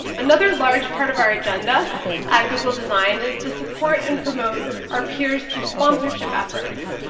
another large part of our agenda at google design is to support and promote our peers through sponsorship efforts,